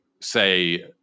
say